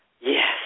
yes